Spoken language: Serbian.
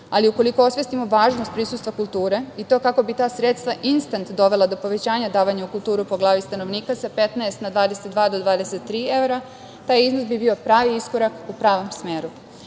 ali ukoliko osvestimo važnost prisustva kulture i to kako bi ta sredstva instant dovela do povećanja davanja u kulturu po glavi stanovnika sa 15 na 22 do 23 evra, taj iznos bi bio pravi iskorak u pravom